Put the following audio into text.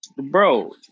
Bro